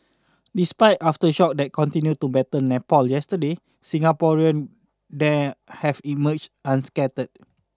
despite aftershocks that continued to batter Nepal yesterday Singaporean there have emerged unscathed